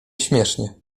śmiesznie